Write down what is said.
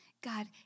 God